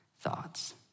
thoughts